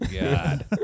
god